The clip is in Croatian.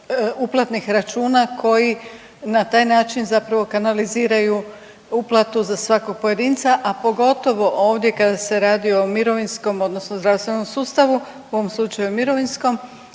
uplatnih računa koji na taj način zapravo kanaliziraju uplatu za svakog pojedinca, a pogotovo ovdje kada se radi o mirovinskom odnosno zdravstvenom sustavu, u ovom slučaju mirovinskom